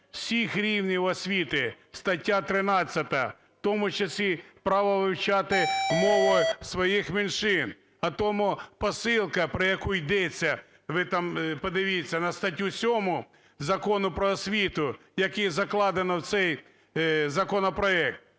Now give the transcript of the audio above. всіх рівнів освіти, стаття 13, в тому числі право вивчати мови своїх меншин. А тому посилка, про яку йдеться, ви там подивіться на статтю 7 Закону "Про освіту", яку закладено в цей законопроект,